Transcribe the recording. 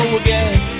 again